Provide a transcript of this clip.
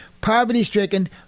poverty-stricken